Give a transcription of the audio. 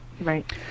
Right